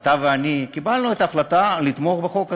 אתה ואני, קיבלנו את ההחלטה לתמוך בחוק הזה.